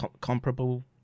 comparable